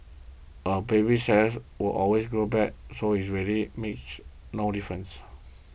a baby's says will always grow back so it really makes no difference